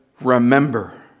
remember